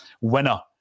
winner